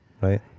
Right